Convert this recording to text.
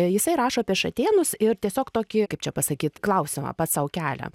jisai rašo apie šatėnus ir tiesiog tokį kaip čia pasakyt klausimą pats sau kelią